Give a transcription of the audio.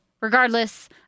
Regardless